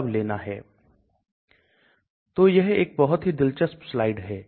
LogP जल विभाजन गुणांक के लिए octanol का अनुपात है